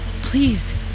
Please